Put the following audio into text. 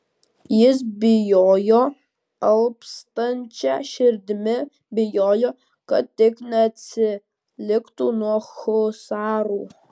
jis bijojo alpstančia širdimi bijojo kad tik neatsiliktų nuo husarų